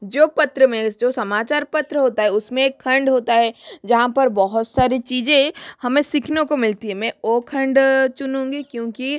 जो पत्र में जो समाचार पत्र होता है उसमें एक खंड होता है जहाँ पर बहुत सारी चीज़ें हमें सीखने को मिलती है मैं वो खंड चुनूँगी क्योंकि